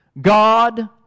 God